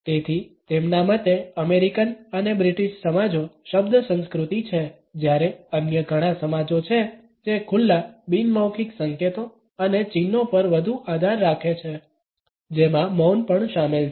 તેથી તેમના મતે અમેરિકન અને બ્રિટીશ સમાજો શબ્દ સંસ્કૃતિ છે જ્યારે અન્ય ઘણા સમાજો છે જે ખુલ્લા બિન મૌખિક સંકેતો અને ચિહ્નો પર વધુ આધાર રાખે છે જેમાં મૌન પણ શામેલ છે